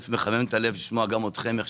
מחמם את הלב לשמוע גם אתכם.